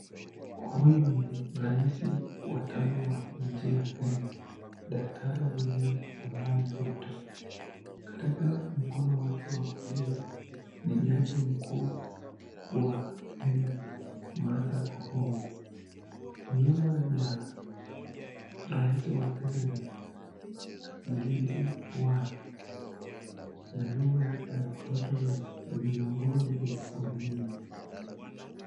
Huyu ni rais Wa Tano Wa nchi ya Kenya, Daktari William Samoei Rutto . Katikati mkono wake wa kulia ni jaji mkuu wa Kenya , Martha Koome . Yuma ya rais Wa Kenya ni, mlinzi wake na nyuma yake anafutwa na viongozi wengine.